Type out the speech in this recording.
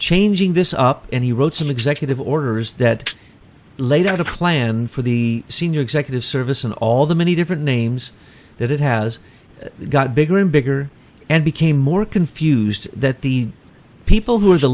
changing this up and he wrote some executive orders that laid out a plan for the senior executive service and all the many different names that it has got bigger and bigger and became more confused that the people who are the